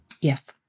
Yes